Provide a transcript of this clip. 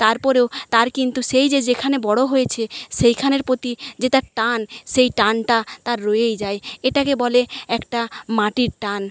তারপরেও তার কিন্তু সেই যে যেখানে বড়ো হয়েছে সেইখানের প্রতি যে তার টান সেই টানটা তার রয়েই যায় এটাকে বলে একটা মাটির টান